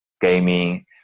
gaming